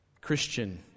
Christian